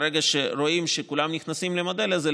ברגע שרואים שכולם נכנסים למודל הזה,